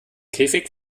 käfig